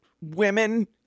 women